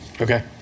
Okay